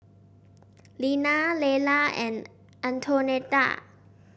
Lina Lela and Antonetta